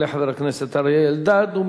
יעלה חבר הכנסת אריה אלדד,